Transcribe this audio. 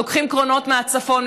לוקחים קרונות מהצפון,